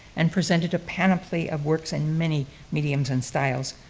and presented a panoply of works in many mediums and styles.